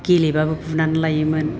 गेलेबाबो बुनानै लायोमोन